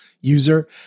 user